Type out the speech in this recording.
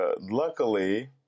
Luckily